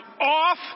off